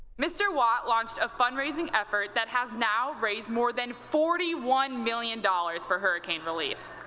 mr. watt launched a fundraising effort that has now raised more than forty one million dollars for hurricane relief.